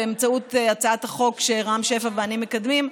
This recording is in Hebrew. באמצעות הצעת החוק שרם שפע ואני מקדמים,